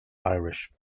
irish